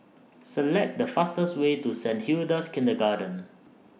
Select The fastest Way to Saint Hilda's Kindergarten